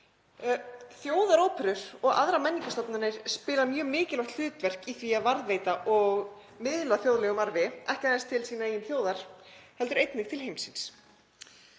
Þjóðaróperur og aðrar menningarstofnanir spila mjög mikilvægt hlutverk í því að varðveita og miðla þjóðlegum arfi, ekki aðeins til sinnar eigin þjóðar heldur einnig til heimsins.